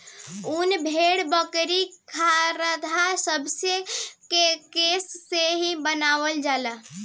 उन भेड़, बकरी, खरहा सभे के केश से बनावल जाला